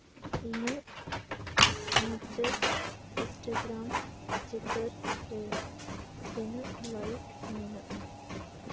ᱤᱧᱟᱹᱜ ᱢᱩᱪᱟᱹᱫ ᱤᱱᱥᱴᱟᱜᱨᱟᱢ ᱪᱤᱛᱟᱹᱨ ᱨᱮ ᱛᱤᱱᱟᱹᱜ ᱞᱟᱹᱭᱤᱠ ᱢᱮᱱᱟᱜᱼᱟ